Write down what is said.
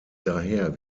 daher